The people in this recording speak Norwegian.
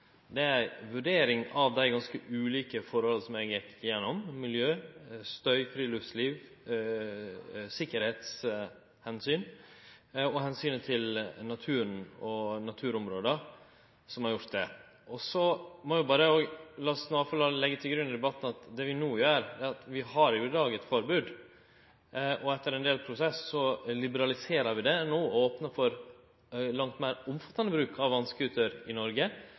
Det er ei vurdering av dei ganske ulike forholda som eg gjekk gjennom – miljø, støy, friluftsliv, tryggleiksomsyn og omsynet til naturen og naturområda – som har gjort det. Så må eg berre leggje til grunn i debatten at det vi no gjer, er at vi i dag har eit forbod, og etter ein prosess liberaliserer vi det no og opnar for langt meir omfattande bruk av vass-skuter i Noreg,